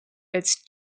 its